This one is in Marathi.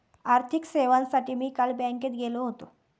आर्थिक सेवांसाठी मी काल बँकेत गेलो होतो